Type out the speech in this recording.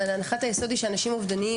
הנחת היסוד היא שאנשים אובדניים